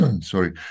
Sorry